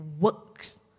works